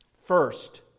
First